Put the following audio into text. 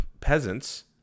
peasants